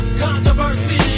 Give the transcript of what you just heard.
controversy